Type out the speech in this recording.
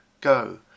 go